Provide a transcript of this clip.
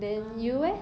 mm